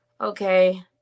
okay